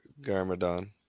Garmadon